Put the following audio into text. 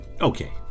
Okay